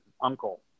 uncle